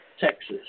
Texas